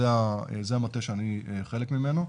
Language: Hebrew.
זה המטה שאני חלק ממנו,